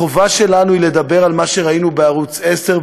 החובה שלנו היא לדבר על מה שראינו בערוץ 10,